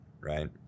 Right